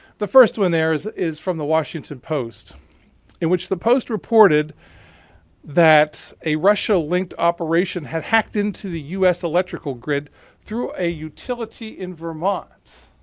the first one there is is from the washington post in which the post reported that a russia linked operation had hacked in to the u s. electrical grid through a utility in vermont.